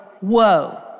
whoa